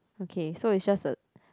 okay so it's just a